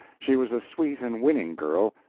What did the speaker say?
she was a sweet and winning girl,